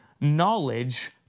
knowledge